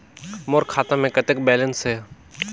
मोर खाता मे कतेक बैलेंस हे?